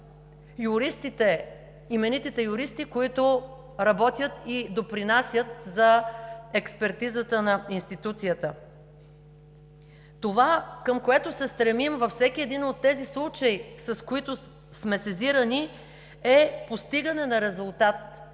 именитите юристи, които работят и допринасят за експертизата на институцията. Това, към което се стремим, във всеки един от тези случаи, с които сме сезирани, е постигане на резултат